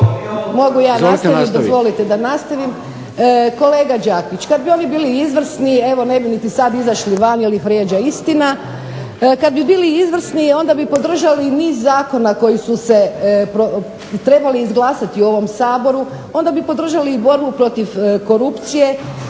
vrijeđa istina. Kad bi bili izvrsni onda bi podržali niz zakona koji su se trebali izglasati u ovom Saboru, onda bi podržali i borbu protiv korupcije,